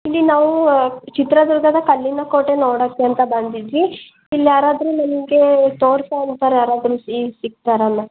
ಇಲ್ಲಿ ನಾವು ಚಿತ್ರದುರ್ಗದ ಕಲ್ಲಿನ ಕೋಟೆ ನೋಡಕ್ಕೆ ಅಂತ ಬಂದಿದ್ವಿ ಇಲ್ಲಿ ಯಾರಾದರು ನಮಗೆ ತೋರ್ಸೊ ಅಂತೋರು ಯಾರಾದರೂ ಸಿಗ್ತಾರಲ್ಲ